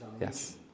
yes